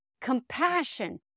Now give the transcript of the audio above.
Compassion